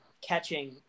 catching